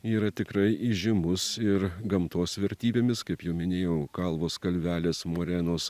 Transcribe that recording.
yra tikrai įžymus ir gamtos vertybėmis kaip jau minėjau kalvos kalvelės morenos